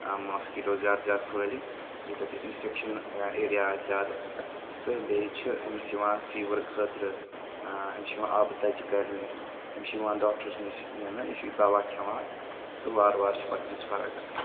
mosquito زیارٕ زیادٕ پھہلہِ ییٚتٮ۪تھ اِنفیٚکشن ایٚریا آسہِ زیادٕ تہٕ بیٚیہِ چھُ أمِس یِوان فِورٕ خٲطرٕ أمِس چھِ یِواان آبہٕ دَجہِ کرنہٕ أمِس چھِ یِوان ڈاکٹرس نِش نِنہٕ یہِ چھُ دَوا کھٮ۪وان تہٕ وارٕ وارٕ چھِ پَتہٕ أمِس فرق گَژھان